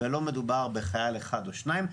ולא מדובר בחייל אחד או שניים,